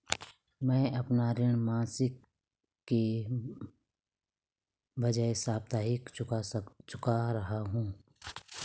मैं अपना ऋण मासिक के बजाय साप्ताहिक चुका रहा हूँ